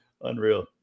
Unreal